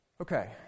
Okay